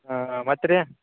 ಹಾಂ ಮತ್ತು ರೀ